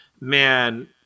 man